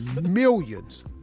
millions